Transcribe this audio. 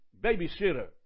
babysitter